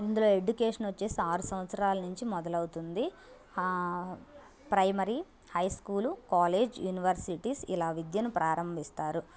ఇందులో ఎడ్యుకేషన్ వచ్చి ఆరు సంవత్సరాల నుండి మొదలవుతుంది ఆ primary high school college universities ఇలా విద్యను ప్రారంభిస్తారు